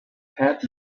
had